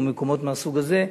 או מקומות מהסוג הזה,